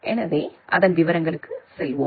எனவே அதன் விவரங்களுக்கு செல்வோம்